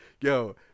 yo